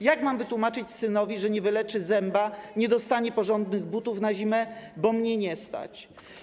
Jak mam wytłumaczyć synowi, że nie wyleczy zęba, nie dostanie porządnych butów na zimę, bo mnie nie stać?